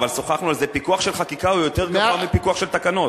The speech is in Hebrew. אבל שוחחנו על זה: פיקוח על חקיקה הוא יותר גבוה מפיקוח על תקנות.